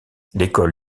l’école